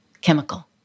chemical